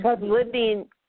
living